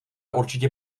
určitě